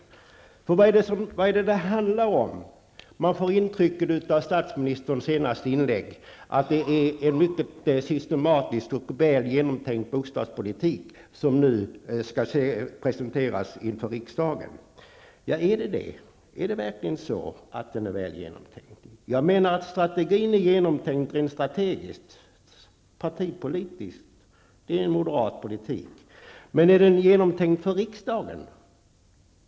Vad handlar det hela om? Man får av statsministerns senaste inlägg intrycket att en mycket systematisk och väl genomtänkt bostadspolitik nu skall presenteras för riksdagen. Är den verkligen väl genomtänkt? Jag menar att politiken är väl genomtänkt rent strategiskt, partipolitiskt, och att det är en moderat politik. Men är bostadspolitiken genomtänkt för riksdagen?